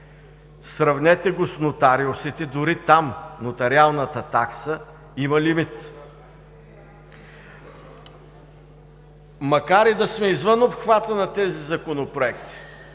Сравнете го с нотариусите – дори там нотариалната такса има лимит. Извън обхвата на тези законопроекти